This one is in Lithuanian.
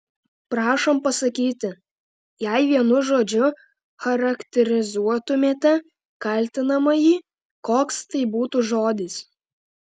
prašom pasakyti jei vienu žodžiu charakterizuotumėte kaltinamąjį koks tai būtų žodis